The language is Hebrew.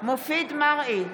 מופיד מרעי,